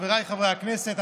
חבריי חברי הכנסת,